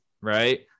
right